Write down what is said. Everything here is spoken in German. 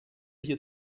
hier